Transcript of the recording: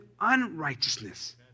unrighteousness